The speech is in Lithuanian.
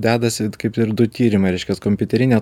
dedasi kaip ir du tyrimai reiškias kompiuterinė